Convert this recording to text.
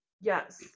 yes